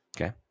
Okay